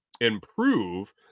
improve